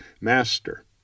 Master